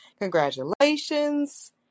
Congratulations